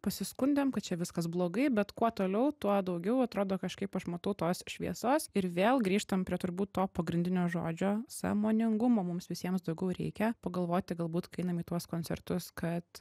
pasiskundėm kad čia viskas blogai bet kuo toliau tuo daugiau atrodo kažkaip aš matau tos šviesos ir vėl grįžtam prie turbūt to pagrindinio žodžio sąmoningumo mums visiems daugiau reikia pagalvoti galbūt kai einam į tuos koncertus kad